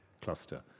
cluster